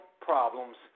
problems